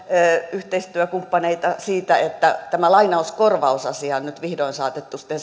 yhteistyökumppaneita siitä että tämä lainauskorvausasia on nyt vihdoin saatettu sitten